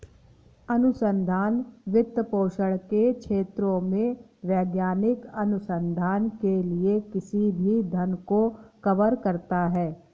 अनुसंधान वित्तपोषण के क्षेत्रों में वैज्ञानिक अनुसंधान के लिए किसी भी धन को कवर करता है